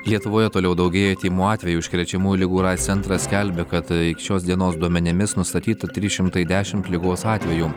lietuvoje toliau daugėja tymų atvejų užkrečiamųjų ligų ir aids centras skelbia kad šios dienos duomenimis nustatyta trys šimtai dešimt ligos atvejų